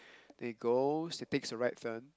they goes it takes the right turn